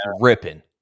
ripping